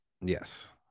Yes